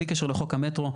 בלי קשר לחוק מטרו,